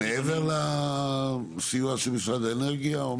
זה מעבר לסיוע של משרד האנרגיה?